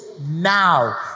now